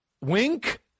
wink